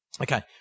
Okay